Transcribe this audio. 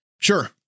Sure